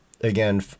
again